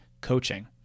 coaching